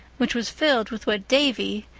which was filled with what davy,